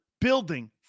building